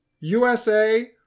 USA